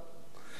זה דבר,